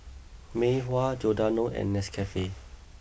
Mei Hua Giordano and Nescafe